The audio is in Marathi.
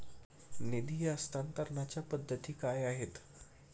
निधी हस्तांतरणाच्या पद्धती काय आहेत?